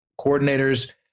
coordinators